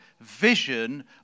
vision